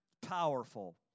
Powerful